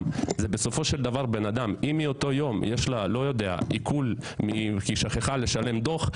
רק בגלל שביום מסוים יש לה עיקול כי היא שכחה לשלם דוח.